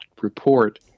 report